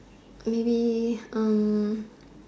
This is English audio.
maybe Erm